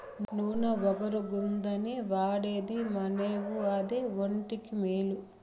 నూన ఒగరుగుందని వాడేది మానేవు అదే ఒంటికి మేలు